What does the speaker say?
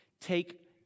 take